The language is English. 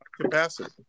capacity